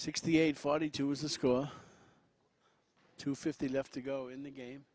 sixty eight forty two was a score two fifty left to go in the game